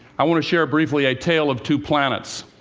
i want to share briefly a tale of two planets.